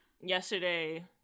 yesterday